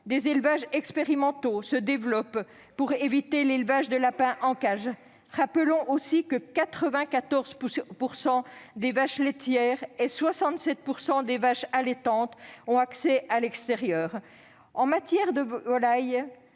Des élevages expérimentaux se développent pour éviter l'élevage de lapins en cage. Rappelons aussi que 94 % des vaches laitières et 67 % des vaches allaitantes ont accès à l'extérieur. La France est